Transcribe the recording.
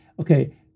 okay